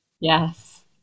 Yes